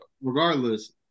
Regardless